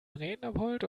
rednerpult